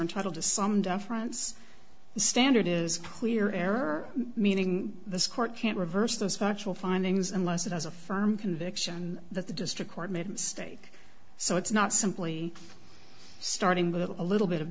entitled to some deference the standard is clear error meaning the court can't reverse those factual findings unless it has a firm conviction that the district court made a mistake so it's not simply starting with a little bit of